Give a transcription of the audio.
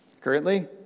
Currently